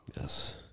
Yes